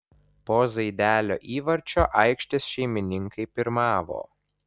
po zaidelio įvarčio aikštės šeimininkai pirmavo